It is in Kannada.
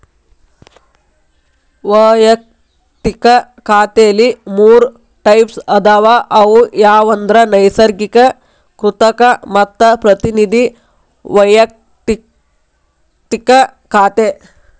ವಯಕ್ತಿಕ ಖಾತೆಲಿ ಮೂರ್ ಟೈಪ್ಸ್ ಅದಾವ ಅವು ಯಾವಂದ್ರ ನೈಸರ್ಗಿಕ, ಕೃತಕ ಮತ್ತ ಪ್ರತಿನಿಧಿ ವೈಯಕ್ತಿಕ ಖಾತೆ